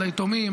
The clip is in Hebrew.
ליתומים,